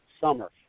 summer